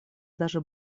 даже